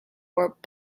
warp